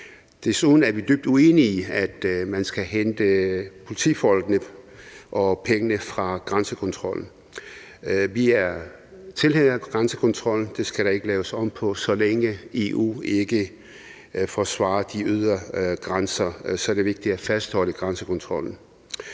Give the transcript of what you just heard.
Desuden er vi dybt uenige i, at man skal hente politifolkene og pengene fra grænsekontrollen. Vi er tilhængere af grænsekontrollen. Den skal der ikke laves om på. Så længe EU ikke forsvarer de ydre grænser, er det vigtigt at fastholde grænsekontrollen.